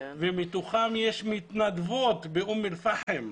בתוכן יש מתנדבות באום אל פאחם,